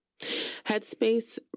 Headspace